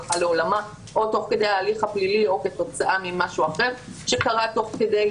או תוך כדי ההליך הפלילי או כתוצאה ממשהו אחר שקרה תוך כדי.